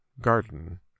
garden